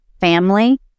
family